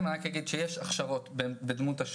אז שוב, כל משרד עובד בדרך אחרת.